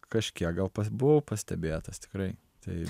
kažkiek gal pas buvau pastebėtas tikrai tai